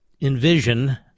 envision